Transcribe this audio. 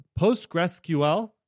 PostgresQL